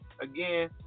again